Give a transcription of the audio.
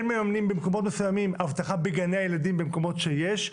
כן מממנים במקומות מסוימים אבטחה בגני הילדים במקומות שיש.